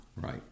Right